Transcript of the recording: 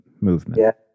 movement